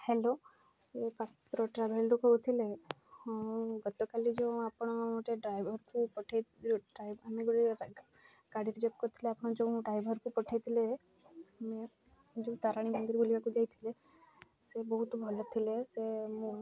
hello ଇଏ ପାତ୍ର ଟ୍ରାଭେଲ୍ରୁ କହୁଥିଲେ ହଁ ଗତକାଲି ଯେଉଁ ଆପଣ ଗୋଟେ ଡ୍ରାଇଭର୍କୁ ପଠାଇ ଆମେ ଗୋଟେ ଗାଡ଼ିରେ ରିଜର୍ବ କରିଥିଲେ ଆପଣ ଯେଉଁ ଡ୍ରାଇଭର୍କୁ ପଠାଇଥିଲେ ଯେଉଁ ତାରିଣୀ ମନ୍ଦିର ବୁଲିବାକୁ ଯାଇଥିଲେ ସେ ବହୁତ ଭଲ ଥିଲେ ସେ